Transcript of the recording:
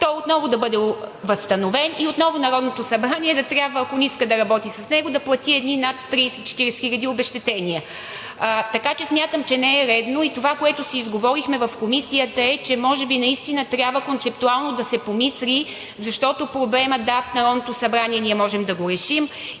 той отново да бъде възстановен и отново Народното събрание, ако не иска да работи с него, да трябва да плати над 30 – 40 хил. лв. обезщетение. Смятам, че не е редно. Това, което си изговорихме в Комисията, е, че може би наистина трябва концептуално да се помисли, защото в Народното събрание ние можем да решим